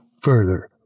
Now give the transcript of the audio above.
further